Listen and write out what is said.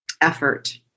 effort